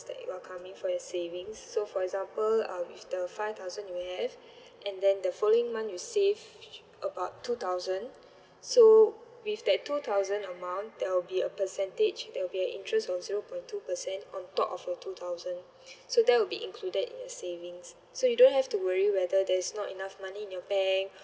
that you're coming from your savings so for example um with the five thousand you will have and then the following month you save about two thousand so with that two thousand amount that will be a percentage that will be a interest on zero point two percent on top of the two thousand so that will be included in the savings so you don't have to worry whether there is not enough money in your bank